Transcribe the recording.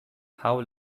how